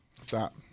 Stop